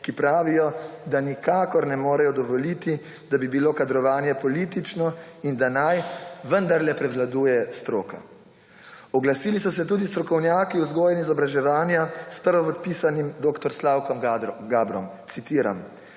ki pravijo, da nikakor ne morejo dovoliti, da bi bilo kadrovanje politično, in da naj vendarle prevladuje stroka. Oglasili so se tudi strokovnjaki vzgoje in izobraževanja s prvopodpisanim dr. Slavkom Gabrom (citiram):